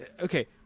Okay